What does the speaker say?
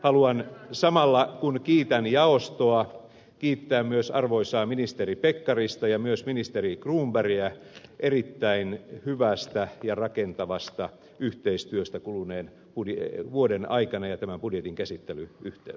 haluan samalla kun kiitän jaostoa kiittää myös arvoisaa ministeri pekkarista ja myös ministeri cronbergiä erittäin hyvästä ja rakentavasta yhteistyöstä kuluneen vuoden aikana ja tämän budjetin käsittely yhtiö